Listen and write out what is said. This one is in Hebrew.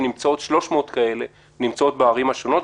ש-300 כאלה נמצאות בערים השונות.